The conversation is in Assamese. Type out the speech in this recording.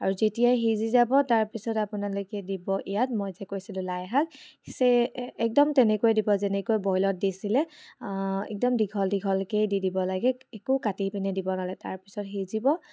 আৰু যেতিয়াই সিজি যাব তাৰপিছত আপোনালোকে দিব ইয়াত মই যে কৈছিলোঁ লাইশাক চেই একদম তেনেকৈ দিব যেনেকৈ বইলত দিছিলে একদম দীঘল দীঘলকৈ দি দিব লাগে একো কাটি পিনে দিব নালাগে তাৰপিছত সিজিব